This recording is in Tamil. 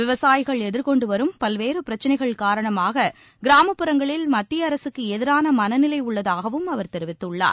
விவசாயிகள் எதிர்கொண்டுவரும் பல்வேறு பிரச்சினைகள் காரணமாக கிராமப்புறங்களில் மத்திய அரகக்கு எதிரான மனநிலை உள்ளதாகவும் அவர் தெரிவித்துள்ளார்